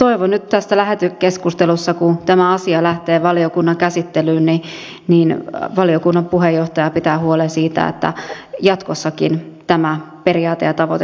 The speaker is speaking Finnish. toivon nyt tässä lähetekeskustelussa kun tämä asia lähtee valiokunnan käsittelyyn että valiokunnan puheenjohtaja pitää huolen siitä että jatkossakin tämä periaate ja tavoite toteutuisi